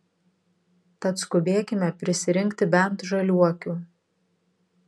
tad skubėkime prisirinkti bent žaliuokių